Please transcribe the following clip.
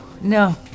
No